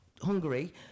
Hungary